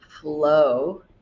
flow